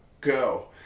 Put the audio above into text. go